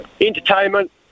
entertainment